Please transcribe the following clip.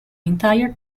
entire